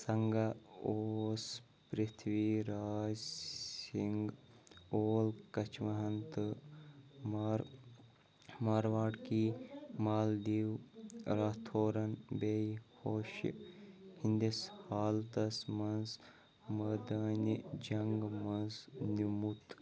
سنگا اوس پرٛتھوی راج سِنٛگھ اول کچھواہن تہٕ مار مارواڑکی مالدیٖیو راتھورَن بیٚیہِ ہوشہِ ہِنٛدِس حالتس منٛز مٲدانہِ جنٛگ منٛز نِمُت